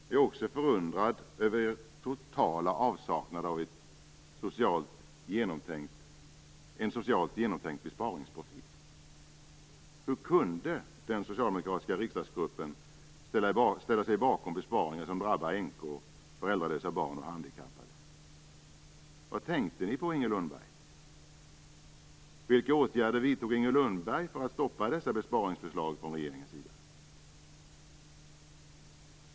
Jag är också förundrad över den totala avsaknaden av en socialt genomtänkt besparingsprofil. Hur kunde den socialdemokratiska riksdagsgruppen ställa sig bakom besparingar som drabbar änkor, föräldralösa barn och handikappade? Vad tänkte ni på, Inger Lundberg? Vilka åtgärder vidtog Inger Lundberg för att stoppa dessa besparingsförslag från regeringens sida?